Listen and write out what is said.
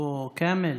אבו כאמל.